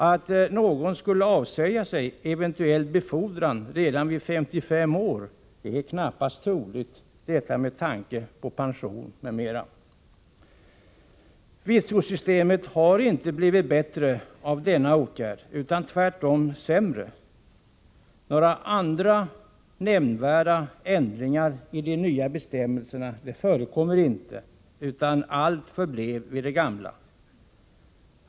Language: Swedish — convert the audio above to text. Att någon skulle avsäga sig eventuell befordran redan vid 55 års ålder är knappast troligt, detta med tanke på pension m.m. Vitsordssystemet har inte blivit bättre av denna åtgärd utan tvärtom sämre. Några andra nämnvärda ändringar i de nya bestämmelserna förekom inte, utan allt förblev vid det gamla.